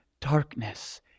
darkness